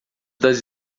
das